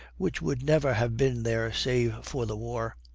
which would never have been there save for the war.